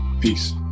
Peace